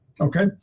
Okay